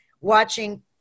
watching